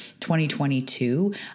2022